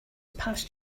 past